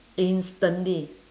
instantly